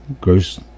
gross